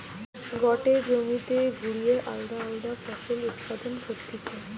গটে জমিতে ঘুরিয়ে আলদা আলদা ফসল উৎপাদন করতিছে